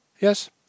Yes